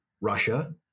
Russia